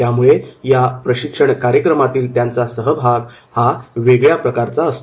त्यामुळे या प्रशिक्षण कार्यक्रमातील त्यांचा सहभाग हा वेगळ्या प्रकारचा असतो